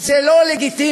זה לא לגיטימי.